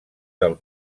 del